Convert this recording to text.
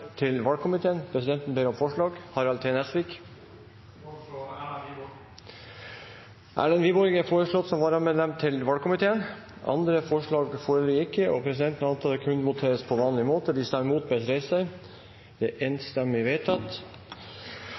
til valgkomiteen. Presidenten ber om forslag. Jeg foreslår Erlend Wiborg. Erlend Wiborg er foreslått som nytt varamedlem til valgkomiteen. Andre forslag foreligger ikke, og presidenten antar at det kan voteres på vanlig måte.